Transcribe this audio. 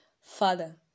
father